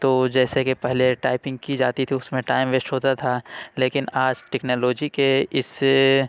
تو جیسے کہ پہلے ٹائپنگ کی جاتی تھی اُس میں ٹائم ویسٹ ہوتا تھا لیکن آج ٹیکنالوجی کے اِس